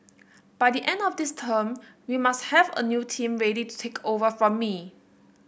by the end of this term we must have a new team ready to take over from me